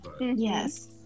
Yes